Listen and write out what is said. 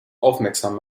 aufmerksam